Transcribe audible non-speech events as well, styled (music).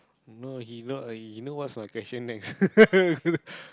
no he know he know what's my question next (laughs)